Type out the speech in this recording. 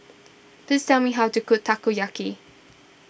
please tell me how to cook Takoyaki